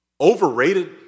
overrated